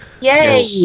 Yay